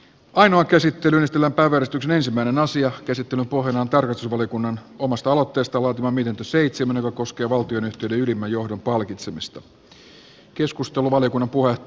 ainoa käsittelyn eteläpää verestyksen ensimmäinen asian käsittelyn pohjana on tarkastusvaliokunnan omasta aloitteestaan laatima mietintö joka koskee valtionyhtiöiden ylimmän johdon palkitsemista